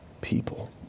people